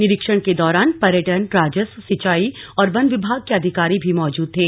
निरीक्षण के दौरान पर्यटन राजस्व सिंचाई और वन विभाग के अधिकारी भी मौजूद थे